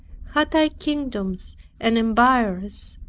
had i kingdoms and empires,